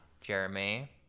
Jeremy